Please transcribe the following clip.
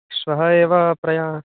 श्वः एव प्रयाणम्